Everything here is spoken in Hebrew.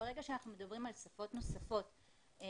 ברגע שאנחנו מדברים על שפות נוספות למשל,